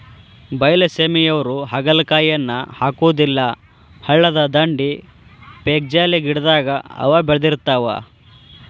ಬೈಲಸೇಮಿಯವ್ರು ಹಾಗಲಕಾಯಿಯನ್ನಾ ಹಾಕುದಿಲ್ಲಾ ಹಳ್ಳದ ದಂಡಿ, ಪೇಕ್ಜಾಲಿ ಗಿಡದಾಗ ಅವ ಬೇಳದಿರ್ತಾವ